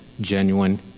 genuine